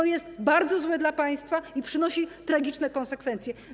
To jest bardzo złe dla państwa i przynosi tragiczne konsekwencje.